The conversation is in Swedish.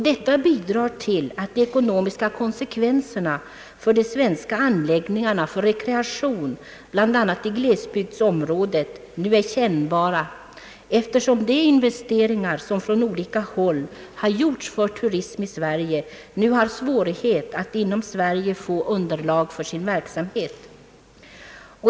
Det bidrar till att de ekonomiska konsekvenserna för de svenska anläggningarna för rekreation, bl.a. i glesbygdsområden, nu är kännbara, eftersom de investeringar som från olika håll gjorts för turismen i Sverige nu har svårighet att inom Sverige få underlag för sin verksamhet.